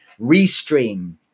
Restream